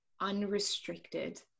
unrestricted